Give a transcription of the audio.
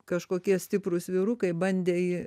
kažkokie stiprūs vyrukai bandė jį